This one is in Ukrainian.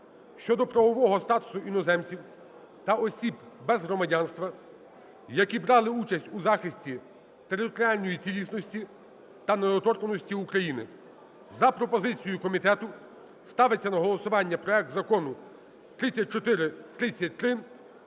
щодо правового статусу іноземців та осіб без громадянства, які брали участь у захисті територіальної цілісності та недоторканості України. За пропозицією комітету ставиться на голосування проект закону 3433